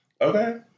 Okay